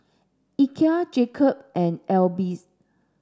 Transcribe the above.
Ikea Jacob and AIBI's